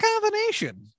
combination